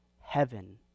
heaven